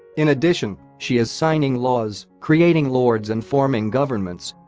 in addition, she is signing laws, creating lords and forming governments.